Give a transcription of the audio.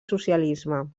socialisme